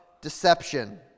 deception